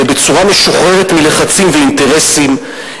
ובצורה משוחררת מלחצים ואינטרסים,